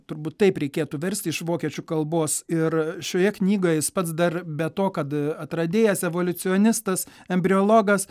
turbūt taip reikėtų versti iš vokiečių kalbos ir šioje knygoje jis pats dar be to kad atradėjas evoliucionistas embriologas